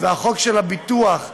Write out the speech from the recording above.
והחוק של הביטוח,